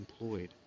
employed